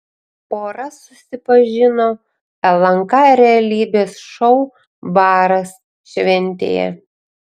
pora susipažino lnk realybės šou baras šventėje